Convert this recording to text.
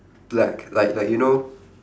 black like like you know